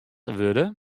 wurde